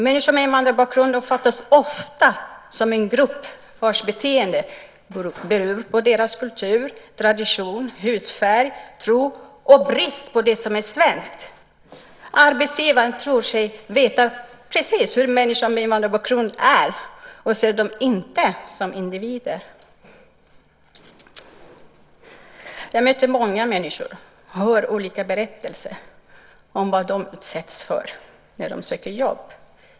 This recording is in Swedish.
Människor med invandrarbakgrund uppfattas ofta som en grupp vars beteende beror på deras kultur, tradition, hudfärg, tro och brist på det som är svenskt. Arbetsgivaren tror sig veta precis hur människor med invandrarbakgrund är och ser dem inte som individer. Jag möter många människor och hör olika berättelser om vad de utsätts för när de söker jobb.